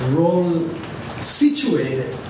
role-situated